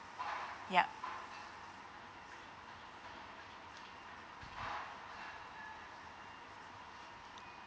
yup